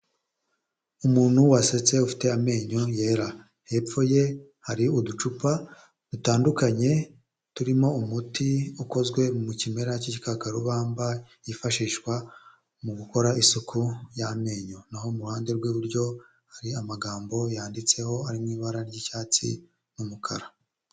Umuntu wasetse ufite amenyo yera, hepfo ye hari uducupa dutandukanye turimo umuti ukozwe mu kiba cy'ikarubamba yifashishwa mu gukora isuku y'amenyo, naho mu ruhande rw'iburyo hari amagambo yanditseho ari mu ibara ry'icyatsi n'umukara.